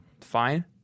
Fine